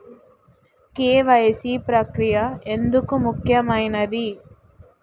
KYC ప్రక్రియ ఎందుకు ముఖ్యమైనది?